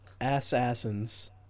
assassins